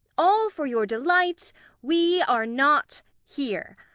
all for your delight we are not here.